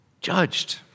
judged